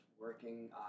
working